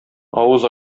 авыз